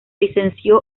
licenció